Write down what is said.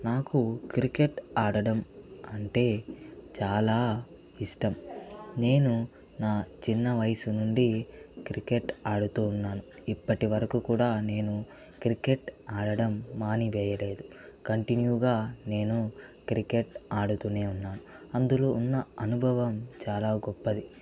నాకు క్రికెట్ ఆడటం అంటే చాలా ఇష్టం నేను నా చిన్న వయసు నుండి క్రికెట్ ఆడుతూ ఉన్నాను ఇప్పటివరకు కూడా నేను క్రికెట్ ఆడడం మాని వేయలేదు కంటిన్యూ గా నేను క్రికెట్ ఆడుతూనే ఉన్నాను అందులో ఉన్న అనుభవం చాలా గొప్పది